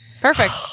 Perfect